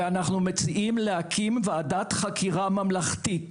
ואנחנו מציעים להקים ועדת חקירה ממלכתית